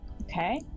Okay